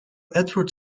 edward